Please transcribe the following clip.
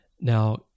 Now